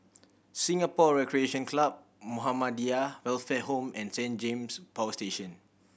Singapore Recreation Club Muhammadiyah Welfare Home and Saint James Power Station